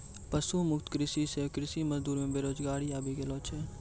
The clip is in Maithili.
पशु मुक्त कृषि से कृषि मजदूर मे बेरोजगारी आबि गेलो छै